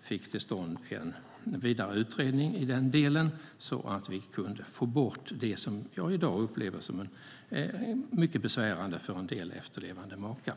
fick till stånd en vidare utredning i den delen, så att vi kunde få bort det som jag i dag upplever som mycket besvärande för en del efterlevande makar.